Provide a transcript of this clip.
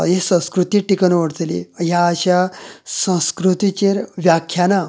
ही संस्कृती टिकून उरतली ह्या अश्या संस्कृतीचेर व्याख्याना